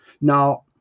Now